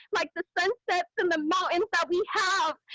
like the sunsets and the mountains that we have.